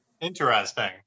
interesting